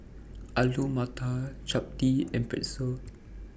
Alu Matar Chapati and Pretzel